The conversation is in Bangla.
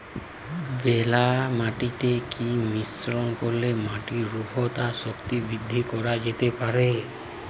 বেলে মাটিতে কি মিশ্রণ করিলে মাটির উর্বরতা শক্তি বৃদ্ধি করা যেতে পারে?